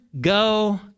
go